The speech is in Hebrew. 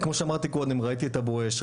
כמו שאמרתי קודם ראיתי את הבואש,